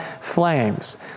flames